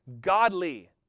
godly